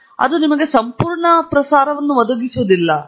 ಮೊದಲನೆಯದಾಗಿ ಅದು ನಿಮಗೆ ಸಂಪೂರ್ಣ ಪ್ರಸಾರವನ್ನು ಒದಗಿಸುವುದಿಲ್ಲ